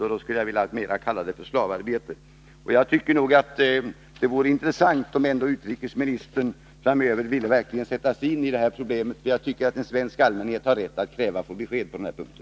Detta skulle jag snarast vilja kalla slavarbete. Jag tycker att det vore intressant om utrikesministern framöver verkligen ville sätta sig in i det här problemet. Den svenska allmänheten har rätt att kräva besked på den här punkten.